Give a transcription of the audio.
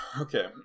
Okay